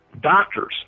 doctors